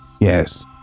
Yes